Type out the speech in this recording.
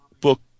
book